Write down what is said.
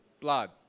blood